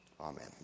Amen